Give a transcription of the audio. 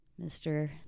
Mr